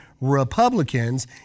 Republicans